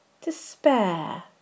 despair